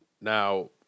Now